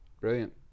Brilliant